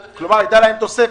כלומר, הייתה להן תוספת.